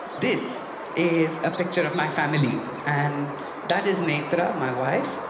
this is a picture of my family, and that is netra, my wife.